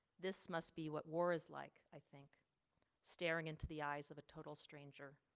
this must be what war is like, i think staring into the eyes of a total stranger.